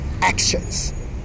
actions